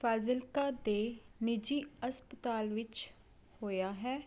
ਫਾਜ਼ਿਲਕਾ ਦੇ ਨਿਜੀ ਹਸਪਤਾਲ ਵਿੱਚ ਹੋਇਆ ਹੈ